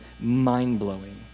mind-blowing